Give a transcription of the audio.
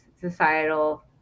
societal